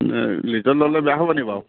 লিজত ল'লে বেয়া হ'ব নি বাৰু